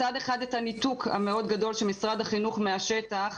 מצד אחד את הניתוק המאוד גדול של משרד החינוך מהשטח